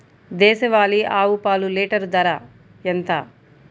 దేశవాలీ ఆవు పాలు లీటరు ధర ఎంత?